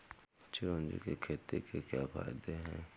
चिरौंजी की खेती के क्या फायदे हैं?